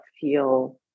feel